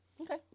okay